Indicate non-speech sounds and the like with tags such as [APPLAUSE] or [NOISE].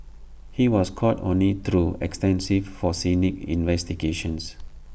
he was caught only through extensive [UNINTELLIGIBLE] investigations